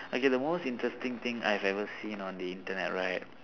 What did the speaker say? okay the most interesting thing I've ever seen on the internet right